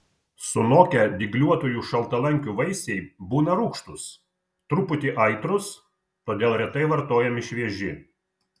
sunokę dygliuotųjų šaltalankių vaisiai būna rūgštūs truputį aitrūs todėl retai vartojami švieži